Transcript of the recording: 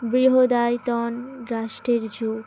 বৃহদায়তন রাষ্ট্রের যুগ